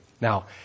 Now